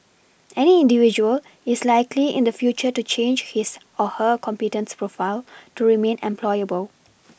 any individual is likely in the future to change his or her competence profile to remain employable